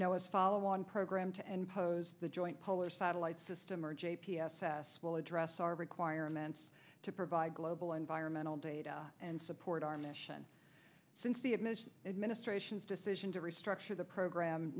as follow on programs and pose the joint polar satellite system or j p s s will address our requirements to provide global environmental data and support our mission since the admissions administration's decision to restructure the program